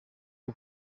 rwo